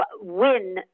win